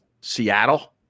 Seattle